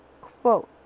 quote